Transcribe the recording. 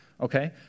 Okay